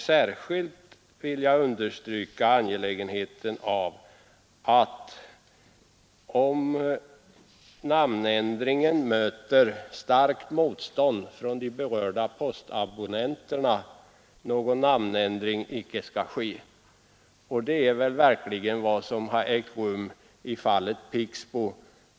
Särskilt vill jag understryka angelägenheten av att, om namnändringen möter starkt motstånd från de berörda postabonnenterna, en namnändring icke skall ske. Det är väl verkligen vad som har ägt rum i fallet Pixbo.